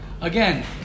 Again